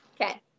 Okay